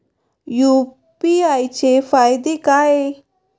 UPI चे फायदे काय?